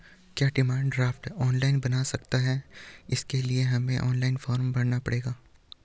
क्या demand draft online बन सकता है इसके लिए हमें ऑनलाइन फॉर्म भरना पड़ेगा?